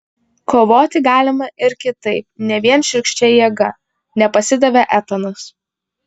kovoti galima ir kitaip ne vien šiurkščia jėga nepasidavė etanas